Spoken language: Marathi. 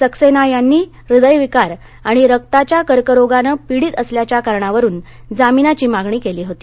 सक्सेना यांनी हृदयविकार आणि रक्ताच्या कर्करोगानं पीडित असल्याच्या कारणावरून जामिनाची मागणी केली होती